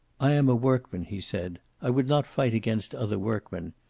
i am a workman, he said. i would not fight against other workmen.